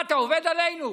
מה, אתה עובד עלינו?